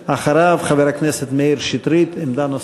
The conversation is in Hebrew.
ואחריו, חבר הכנסת מאיר שטרית, עמדה נוספת.